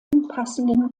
passenden